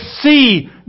see